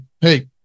hey